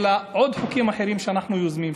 אלא עוד חוקים אחרים שאנחנו יוזמים,